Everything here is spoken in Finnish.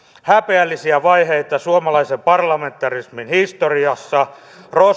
häpeällisiä vaiheita suomalaisen parlamentarismin historiassa